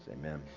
Amen